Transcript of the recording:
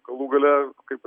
galų gale kaip